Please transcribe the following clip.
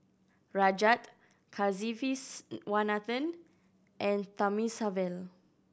Rajat Kasiviswanathan and Thamizhavel